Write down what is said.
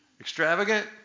Extravagant